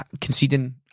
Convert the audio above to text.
conceding